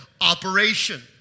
operation